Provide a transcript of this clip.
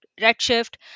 Redshift